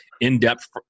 in-depth